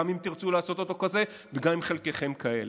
גם אם תרצו לעשות אותו כזה וגם אם חלקכם כאלה.